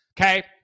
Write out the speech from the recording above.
Okay